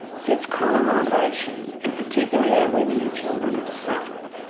since colonisation, and particularly our women and children have suffered,